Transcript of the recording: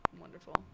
wonderful